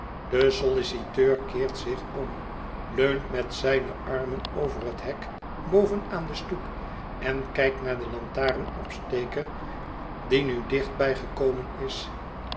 de solliciteur keert zich om leunt met zijne armen over het hek boven aan de stoep en kijkt naar den lantaarnopsteker die nu dichtbij gekomen is